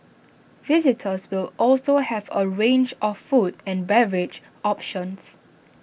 visitors will also have A range of food and beverage options